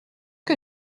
que